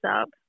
up